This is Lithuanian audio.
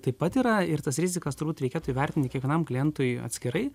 taip pat yra ir tas rizikas turbūt reikėtų įvertinti kiekvienam klientui atskirai